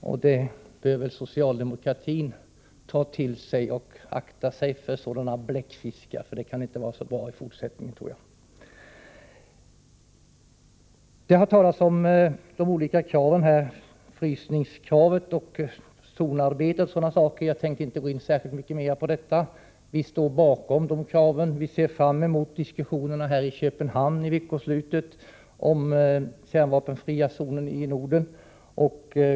Det är något som socialdemokraterna bör ta till sig och se upp för. De bör akta sig för sådana bläckfiskar. Det här är nog något som inte bådar särskilt gott för den fortsatta utvecklingen. Det har i debatten talats om olika krav i detta sammanhang. Det gäller frysningskravet, zonarbetet etc. Jag tänker dock inte ägna särskilt mycket mera tid åt dessa saker. Vi står bakom de krav som framställts, och vi ser fram emot diskussionerna i Köpenhamn under veckoslutet om en kärnvapenfri zon i Norden.